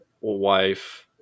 wife